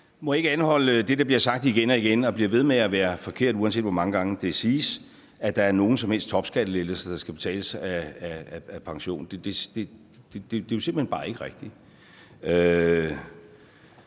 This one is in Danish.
jeg ikke anholde det, der bliver sagt igen og igen, og som bliver ved med at være forkert, uanset hvor mange gange det siges, altså at der er nogen som helst topskattelettelser, der skal betales af pensionen. Det er jo simpelt hen bare ikke rigtigt,